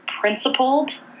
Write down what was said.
principled